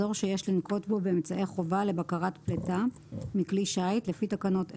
אזור שיש לנקוט בו באמצעי חובה לבקרת פליטה מכלי שיט לפי תקנות אלה,